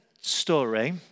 story